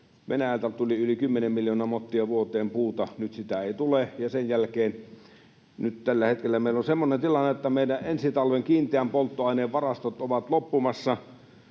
Venäjältä tuli yli kymmenen miljoonaa mottia vuoteen puuta, nyt sitä ei tule, ja nyt tällä hetkellä meillä on semmoinen tilanne, että meidän ensi talven kiinteän polttoaineen varastot ovat loppumassa,